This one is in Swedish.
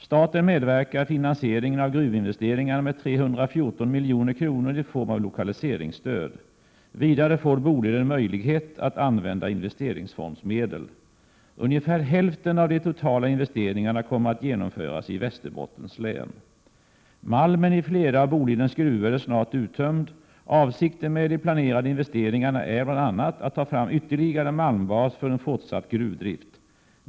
Staten medverkar i finansieringen av gruvinvesteringarna med 314 milj.kr. i form av lokaliseringstöd. Vidare får Boliden möjlighet att använda investeringsfondsmedel. Ungefär hälften av de totala investeringarna kommer att genomföras i Västerbottens län. Flera av Bolidens gruvor är snart tömda på malm. Avsikten med de planerade investeringarna är bl.a. att ta fram ytterligare malmbas för en fortsatt gruvdrift.